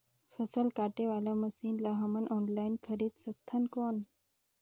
फसल काटे वाला मशीन ला हमन ऑनलाइन खरीद सकथन कौन?